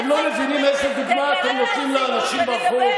אתם לא מבינים איזו דוגמה אתם נותנים לאנשים ברחוב?